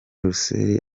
russell